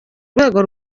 rwego